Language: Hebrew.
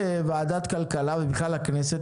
כוועדת הכלכלה ובכלל הכנסת,